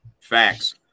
facts